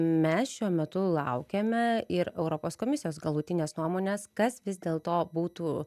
mes šiuo metu laukiame ir europos komisijos galutinės nuomonės kas vis dėlto būtų